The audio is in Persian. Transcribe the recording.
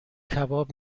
کباب